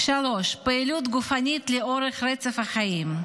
דבר שלישי, פעילות גופנית לאורך רצף החיים,